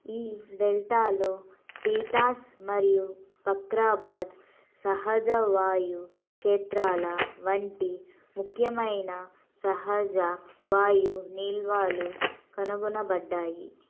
ఈ డెల్టాలో టీటాస్ మరియు బఖ్రాబాద్ సహజ వాయుక్షేత్రాల వంటి ముఖ్యమైన సహజ వాయు నిల్వలు కనుగొనబడ్డాయి